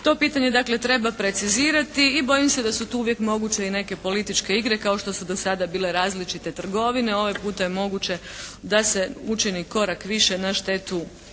To pitanje dakle treba precizirati i bojim se da su tu uvijek moguće i neke političke igre kao što su do sada bile različite trgovine. Ovaj puta je moguće da se učini korak više na štetu